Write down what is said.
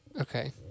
Okay